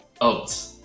Oats